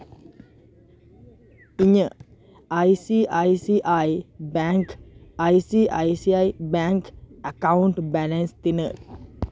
ᱤᱧᱟᱹᱜ I C I C bank I C I C I bank account balance ᱛᱤᱱᱟᱹᱜ